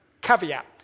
caveat